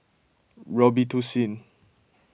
Robitussin